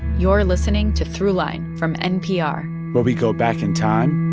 you're listening to throughline from npr where we go back in time.